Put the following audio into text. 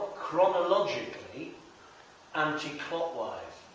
chronologically anti clockwise.